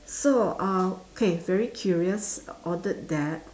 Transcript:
so uh okay very curious ordered that